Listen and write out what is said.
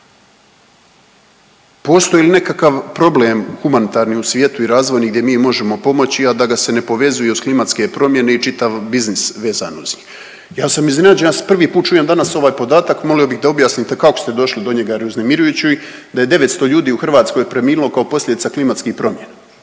Postoji li nekakav problem humanitarni u svijetu i razvojni gdje mi možemo pomoći, a da ga se ne povezuje uz klimatske promjene i čitav biznis vezan uz njih? Ja sam iznenađen, ja prvi put čujem danas ovaj podatak, molio bih da objasnite kako ste došli do njega jer je uznemirujući, da je 900 ljudi u Hrvatskoj preminulo kao posljedica klimatskih promjena